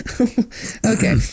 okay